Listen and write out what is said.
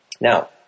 Now